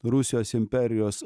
rusijos imperijos